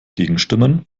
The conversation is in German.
gegenstimmen